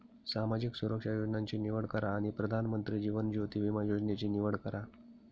सामाजिक सुरक्षा योजनांची निवड करा आणि प्रधानमंत्री जीवन ज्योति विमा योजनेची निवड करा